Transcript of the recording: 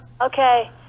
Okay